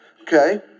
Okay